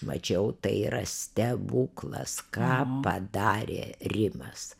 mačiau tai yra stebuklas ką padarė rimas